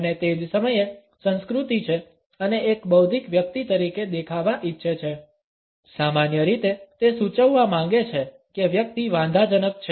અને તે જ સમયે સંસ્કૃતિ છે અને એક બૌદ્ધિક વ્યક્તિ તરીકે દેખાવા ઇચ્છે છે સામાન્ય રીતે તે સૂચવવા માંગે છે કે વ્યક્તિ વાંધાજનક છે